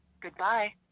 Goodbye